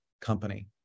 company